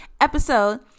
episode